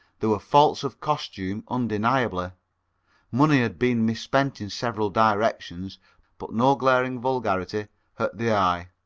there were faults of costume undeniably money had been misspent in several directions but no glaring vulgarity hurt the eye.